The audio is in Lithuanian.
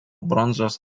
bronzos